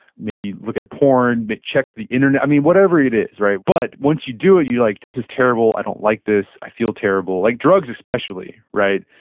maybe look at porn, but check the internet. i mean, whatever it is, right? but once you do it, you're like, this is terrible, i don't like this, i feel terrible. like drugs especially, right?